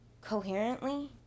coherently